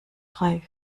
drei